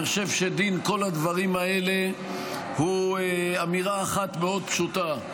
אני חושב שדין כל הדברים האלה הוא אמירה אחת מאוד פשוטה.